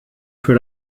für